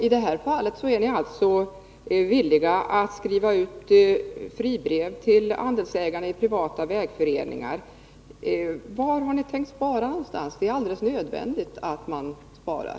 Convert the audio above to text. I det här fallet är ni alltså beredda att skriva ut fribrev till andelsägarna i privata vägföreningar. Nej, tala om var ni tänkt spara någonstans! Det är alldeles nödvändigt att man sparar.